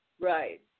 Right